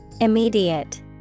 Immediate